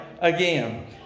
again